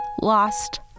lost